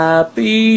Happy